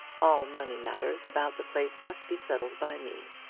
all money matters about the place must be settled by me.